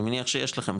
אני מניח שיש לכם,